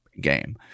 game